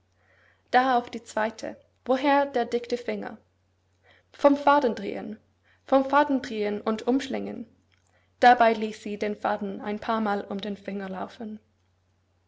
darauf die zweite woher der dickte finger vom faden drehen vom faden drehen und umschlingen dabei ließ sie den faden ein paarmal um den finger laufen